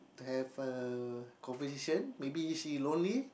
to have a conversation maybe she lonely